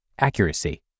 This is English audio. accuracy